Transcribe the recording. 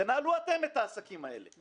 תנהלו אתם את העסקים האלה.